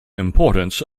importance